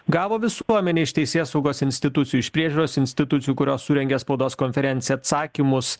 gavo visuomenė iš teisėsaugos institucijų iš priežiūros institucijų kurios surengė spaudos konferenciją atsakymus